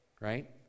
right